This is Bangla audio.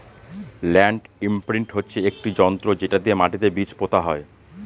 ল্যান্ড ইমপ্রিন্ট হচ্ছে একটি যন্ত্র যেটা দিয়ে মাটিতে বীজ পোতা হয়